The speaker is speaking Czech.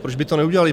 Proč by to neudělali?